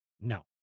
No